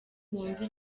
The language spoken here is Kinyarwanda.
wumve